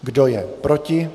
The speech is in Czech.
Kdo je proti?